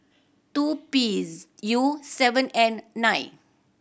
two P U seven N nine